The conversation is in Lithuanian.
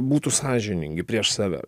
būtų sąžiningi prieš save